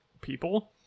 people